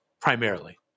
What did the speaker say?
primarily